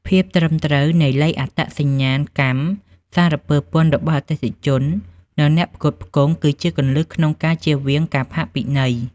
ភាពត្រឹមត្រូវនៃលេខអត្តសញ្ញាណកម្មសារពើពន្ធរបស់អតិថិជន និងអ្នកផ្គត់ផ្គង់ គឺជាគន្លឹះក្នុងការជៀសវាងការផាកពិន័យ។